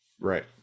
Right